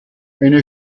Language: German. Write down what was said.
eine